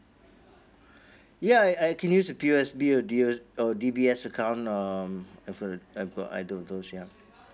ya I I can use a P_O_S_B or d~ D_B_S account um I've got I've got I got those ya